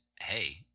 hey